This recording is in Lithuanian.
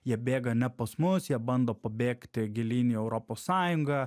jie bėga ne pas mus jie bando pabėgti gilyn į europos sąjungą